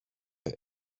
his